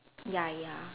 ya ya